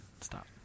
Stop